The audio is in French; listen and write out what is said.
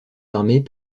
armés